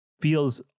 feels